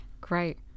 Great